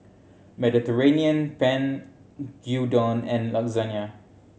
Mediterranean Penne Gyudon and Lasagne